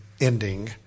ending